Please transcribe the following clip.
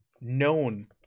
known